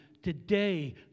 Today